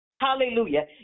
Hallelujah